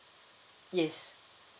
yes